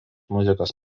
muzikos